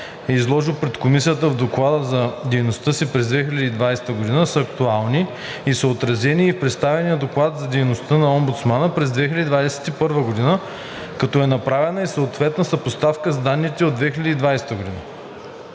изложил пред Комисията в Доклада за дейността през 2020 г., са актуални и са отразени и в представения Доклад за дейността на омбудсмана през 2021 г., като е направена и съответната съпоставка с данните от 2020 г.